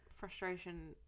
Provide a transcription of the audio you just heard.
Frustration